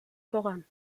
voran